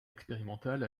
expérimental